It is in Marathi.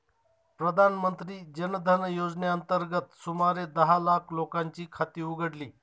प्रधानमंत्री जन धन योजनेअंतर्गत सुमारे दहा लाख लोकांची खाती उघडली